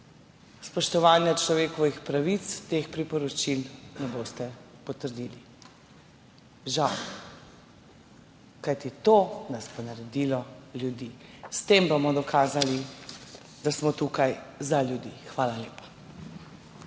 spoštovanja človekovih pravic teh priporočil ne boste potrdili. Žal, kajti to nas bo naredilo ljudi. S tem bomo dokazali, da smo tukaj za ljudi. Hvala lepa.